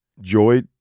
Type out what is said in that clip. Joy